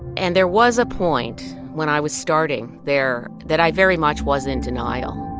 and there was a point when i was starting there that i very much was in denial